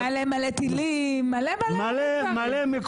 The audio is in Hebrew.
מלא, מלא טילים, מלא, מלא.